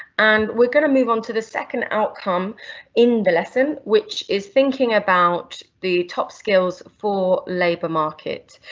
and we're going to move on to the second outcome in the lesson, which is thinking about the top skills for labour market,